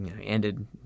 ended